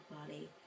Body